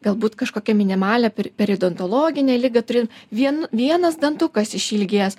galbūt kažkokią minimalią peri periodontologinė liga turi vien vienas dantukas išilgėjęs